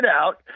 out